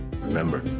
Remember